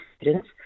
students